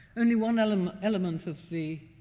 only one um element of the